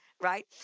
right